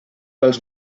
pels